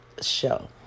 show